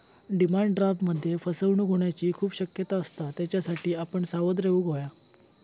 demand ड्राफ्टमध्ये फसवणूक होऊची खूप शक्यता असता, त्येच्यासाठी आपण सावध रेव्हूक हव्या